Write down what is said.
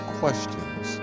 questions